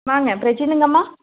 வாங்க பிரஜினுங்கம்மா